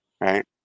Right